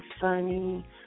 funny